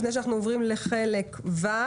לפני שאנחנו עוברים לחלק ו',